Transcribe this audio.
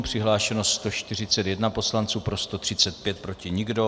Přihlášeno 141 poslanců, pro 135, proti nikdo.